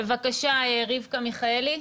בבקשה, רבקה מיכאלי.